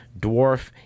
dwarf